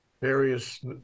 various